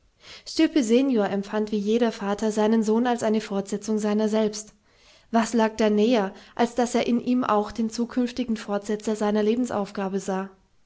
stilpe senior empfand wie jeder vater seinen sohn als eine fortsetzung seiner selbst was lag da näher als daß er in ihm auch den zukünftigen fortsetzer seiner lebensaufgabe sah